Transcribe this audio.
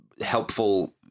helpful